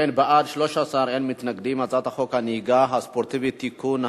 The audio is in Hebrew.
ההצעה להעביר את הצעת חוק הנהיגה הספורטיבית (תיקון),